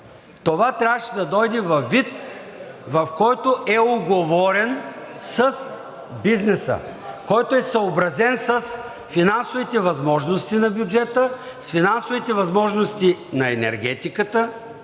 Това трябваше да дойде във вид, в който е уговорен с бизнеса, който е съобразен с финансовите възможности на бюджета, с финансовите възможности на енергетиката,